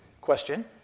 question